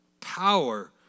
power